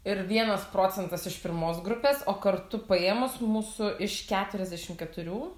ir vienas procentas iš pirmos grupės o kartu paėmus mūsų iš keturiasdešim keturių